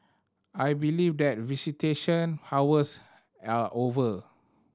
I believe that visitation hours are over